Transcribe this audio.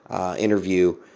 interview